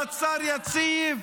למצב יציב,